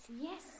Yes